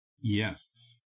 Yes